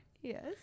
Yes